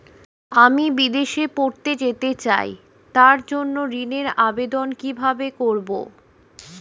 আমি বিদেশে পড়তে যেতে চাই তার জন্য ঋণের আবেদন কিভাবে করব?